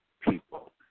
people